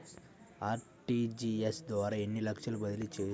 RTGS ద్వారా ఎన్ని లక్షలు బదిలీ చేయవచ్చు?